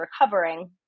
recovering